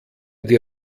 die